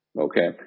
okay